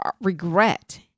regret